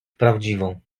prawdziwą